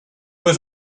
was